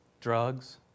drugs